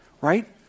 right